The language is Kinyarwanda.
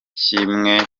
kimwe